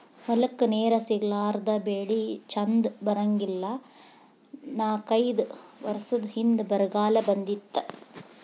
ಹೊಲಕ್ಕ ನೇರ ಸಿಗಲಾರದ ಬೆಳಿ ಚಂದ ಬರಂಗಿಲ್ಲಾ ನಾಕೈದ ವರಸದ ಹಿಂದ ಬರಗಾಲ ಬಿದ್ದಿತ್ತ